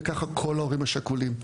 וכך כל ההורים השכולים.